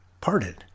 parted